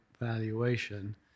valuation